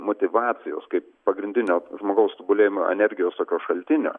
motyvacijos kaip pagrindinio žmogaus tobulėjimo energijos šaltinio